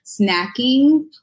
snacking